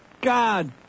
God